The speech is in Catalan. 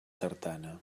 tartana